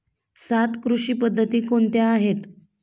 सात कृषी पद्धती कोणत्या आहेत?